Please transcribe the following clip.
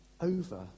over